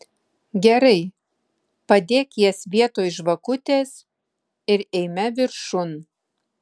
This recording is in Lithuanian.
gerai padėk jas vietoj žvakutės ir eime viršun